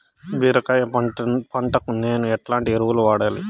బీరకాయ పంటకు నేను ఎట్లాంటి ఎరువులు వాడాలి?